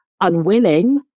unwilling